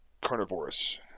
Carnivorous